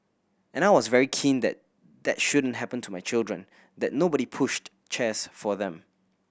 and I was very keen that that shouldn't happen to my children that nobody pushed chairs for them